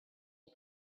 had